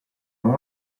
alla